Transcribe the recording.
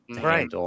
Right